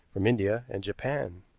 from india and japan.